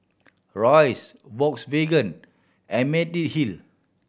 Royce Volkswagen and Mediheal